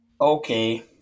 Okay